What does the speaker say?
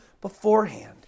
beforehand